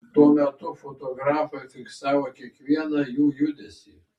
tuo metu fotografai fiksavo kiekvieną jų judesį